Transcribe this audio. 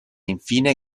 infine